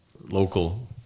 local